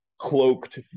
cloaked